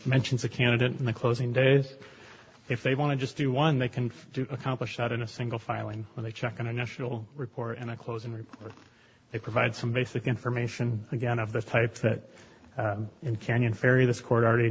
mentions a candidate in the closing days if they want to just do one they can accomplish that in a single filing and they check on a national report and a closing report they provide some basic information again of this type that in canyon ferry this court already